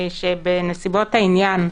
שבנסיבות העניין,